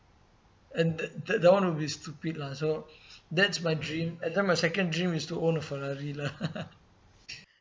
and that that [one] would be stupid lah so that's my dream and then my second dream is to own a Ferrari lah